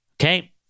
Okay